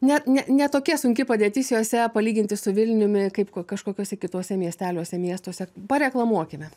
ne ne ne tokie sunki padėtis juose palyginti su vilniumi kaip kok kažkokiuose kituose miesteliuose miestuose pareklamuokime